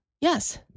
Yes